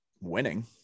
winning